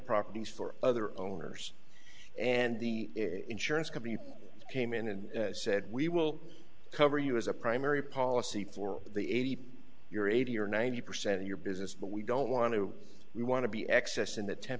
properties for other owners and the insurance company came in and said we will cover you as a primary policy for the a t p you're eighty or ninety percent of your business but we don't want to we want to be excess in that ten